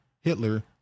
Hitler